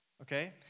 okay